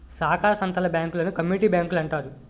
సాకార సంత్తల బ్యాంకులను కమ్యూనిటీ బ్యాంకులంటారు